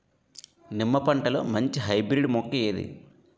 నిమ్మ పంటలో మంచి హైబ్రిడ్ మొక్క ఏది?